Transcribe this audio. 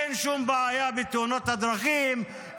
אין שום בעיה בתאונות הדרכים,